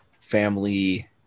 family